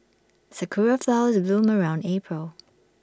Sakura Flowers bloom around April